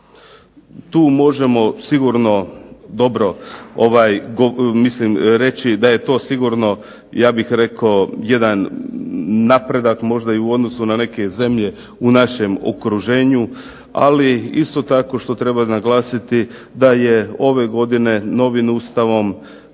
da je to sigurno ja bih rekao jedan napredak možda i u odnosu na neke zemlje u našem okruženju. Ali, isto tako što treba naglasiti da je ove godine novim Ustavom